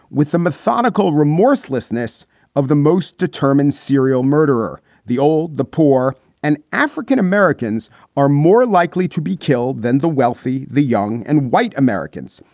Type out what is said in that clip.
with the methodical, remorseless onus of the most determined serial murderer, the old, the poor and african-americans are more likely to be killed than the wealthy, the young and white americans.